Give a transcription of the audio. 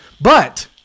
But-